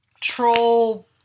Troll